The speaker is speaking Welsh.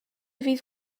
fydd